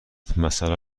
مثلا